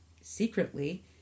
secretly